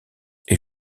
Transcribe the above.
est